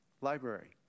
Library